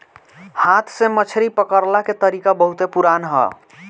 हाथ से मछरी पकड़ला के तरीका बहुते पुरान ह